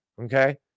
Okay